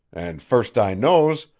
and first i knows,